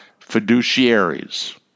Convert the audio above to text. fiduciaries